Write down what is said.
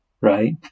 right